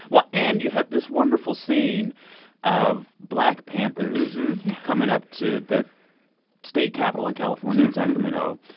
well, and you have this wonderful scene of black panthers coming up to the state capital in california in sacramento,